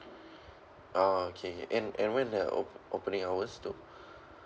orh okay and and when the op~ opening hours to